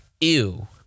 ew